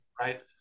right